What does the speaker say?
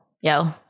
Yo